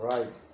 Right